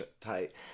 tight